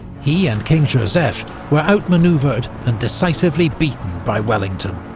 he and king joseph were outmanoeuvred and decisively beaten by wellington,